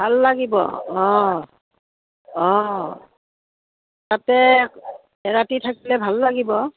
ভাল লাগিব অঁ অঁ তাতে এৰাতি থাকিলে ভাল লাগিব